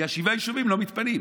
כי שבעת היישובים לא מתפנים.